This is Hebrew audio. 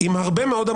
דברי הפתיחה שלי,